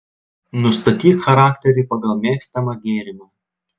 nustatyk charakterį pagal mėgstamą gėrimą